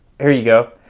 here you go.